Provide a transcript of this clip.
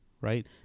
right